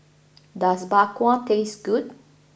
does Bak Kwa taste good